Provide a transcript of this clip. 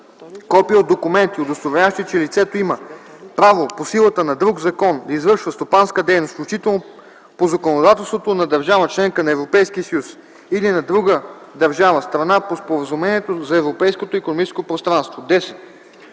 копия от документи, удостоверяващи, че лицето има право по силата на друг закон да извършва стопанска дейност, включително по законодателството на държава – членка на Европейския съюз, или на друга държава – страна по Споразумението за Европейското икономическо пространство;”.